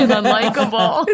unlikable